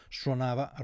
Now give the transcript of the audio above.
suonava